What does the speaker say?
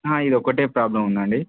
ఇదొక్కటే ప్రాబ్లమ్ ఉందండి